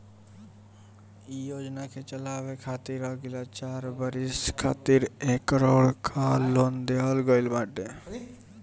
इ योजना के चलावे खातिर अगिला चार बरिस खातिर एक करोड़ कअ ऋण देहल गईल बाटे